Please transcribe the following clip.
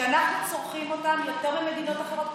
שאנחנו צורכים אותן יותר ממדינות אחרות,